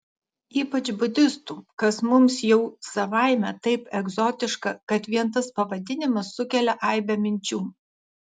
ypač budistų kas mums jau savaime taip egzotiška kad vien tas pavadinimas sukelia aibę minčių